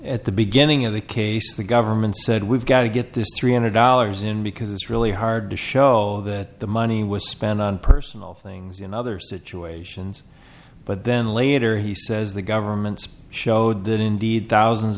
at the beginning of the case the government said we've got to get this three hundred dollars in because it's really hard to show that the money was spent on personal things in other situations but then later he says the government's showed that indeed thousands